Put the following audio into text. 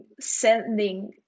sending